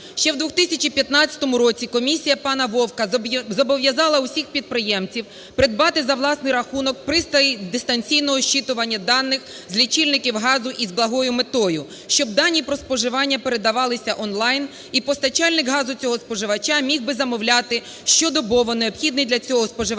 Ще в 2015 році комісія пана Вовка зобов'язала усіх підприємців придбати за власний рахунок пристрій дистанційного зчитування даних з лічильників газу із благою метою, щоб дані про споживання передавалися он-лайн, і постачальник газу цього споживача міг би замовляти щодобово необхідний для цього споживача